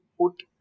put